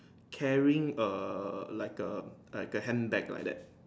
carrying a like a like a hand bag like that